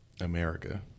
America